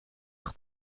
nog